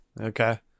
Okay